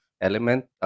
element